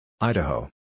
Idaho